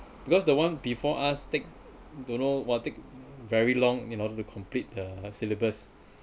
because the one before us takes don't know will take very long you know to complete the syllabus